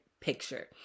picture